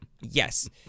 yes